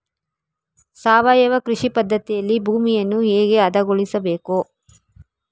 ಸಾವಯವ ಕೃಷಿ ಪದ್ಧತಿಯಲ್ಲಿ ಭೂಮಿಯನ್ನು ಹೇಗೆ ಹದಗೊಳಿಸಬೇಕು?